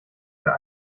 für